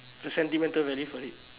the sentimental value for it